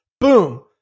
Boom